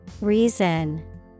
Reason